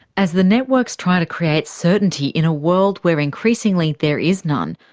as the networks try to create certainty in a world where increasingly there is none,